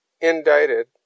indicted